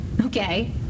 Okay